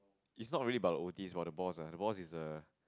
it's not really about the O_T it's about the boss ah the boss is a